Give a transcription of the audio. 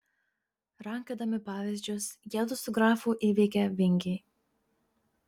rankiodami pavyzdžius jiedu su grafu įveikė vingį